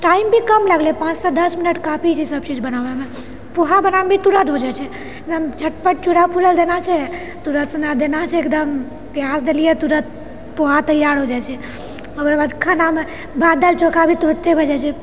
time भी कम लगलै पाँचसँ दश मिनट काफी छै सभ चीज बनाबैमे पोहा बनाबैमे भी तुरत हो जाइ छै जहन झटपट चूड़ा फुलै लऽ देनाए छै दुरासुना देनाए छै एकदम प्याज देलियै तुरत पोहा तैयार हो जाइ छै ओकरा बाद खानामे भात दाल चोखा भी तुरते बनि जाइ छै